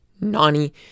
Nani